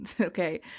Okay